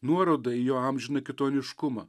nuoroda į jo amžiną kitoniškumą